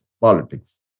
politics